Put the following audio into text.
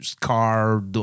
car